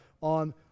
on